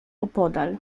opodal